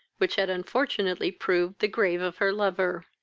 which had unfortunately proved the grave of her lover.